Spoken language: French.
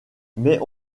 mais